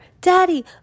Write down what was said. Daddy